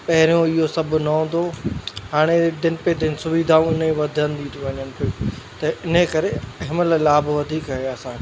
पहिरियों इहो सभु न हूंदो हुओ हाणे दिन पे दिन सुविधाऊं अने वधंदियूं थियूं वञनि पयूं त इन करे हेमहिल लाभ वधीक ए असांखे